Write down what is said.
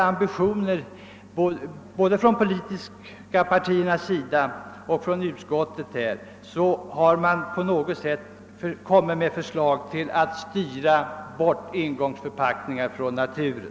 Hade de politiska partierna och utskottet haft något till ambitioner skulle de ha framlagt ett förslag som gjorde det möjligt att styra bort engångsförpackningarna från naturen.